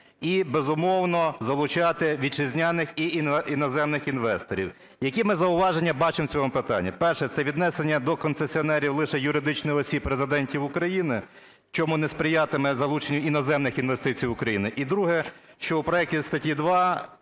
і, безумовно, залучати вітчизняних і іноземних інвесторів. Які ми зауваження бачимо в цьому питанні? Перше – це віднесення до концесіонерів лише юридичних осіб - резидентів України, чому не сприятиме залученню іноземних інвестицій в Україну. І друге: що у проекті статті 2